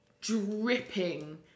dripping